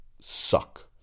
Suck